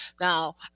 now